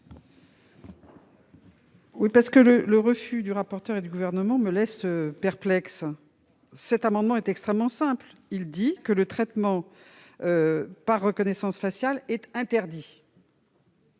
de vote. Le refus du rapporteur et du ministre me laisse perplexe. Cet amendement est pourtant extrêmement simple : il dit que le traitement par reconnaissance faciale est interdit.